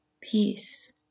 peace